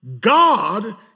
God